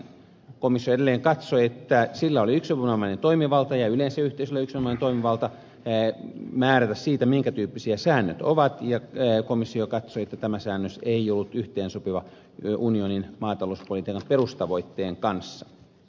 komissio edelleen katsoi että sillä oli yksinomainen toimivalta ja yleensä yhteisöllä oli yksinomainen toimivalta määrätä siitä minkä tyyppisiä säännöt ovat ja komissio katsoi että tämä säännös ei ollut yhteensopiva unionin maatalouspolitiikan perustavoitteen kanssa